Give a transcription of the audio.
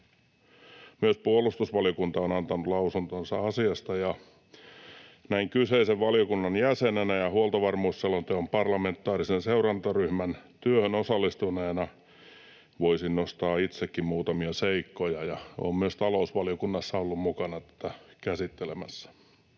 Myös puolustusvaliokunta on antanut lausuntonsa asiasta. Näin kyseisen valiokunnan jäsenenä ja huoltovarmuusselonteon parlamentaarisen seurantaryhmän työhön osallistuneena voisin nostaa itsekin muutamia seikkoja, ja olen myös talousvaliokunnassa ollut mukana tätä käsittelemässä.